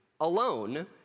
alone